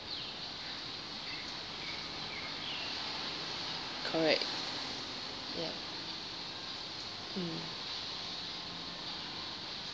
correct ya